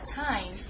time